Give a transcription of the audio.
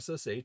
SSH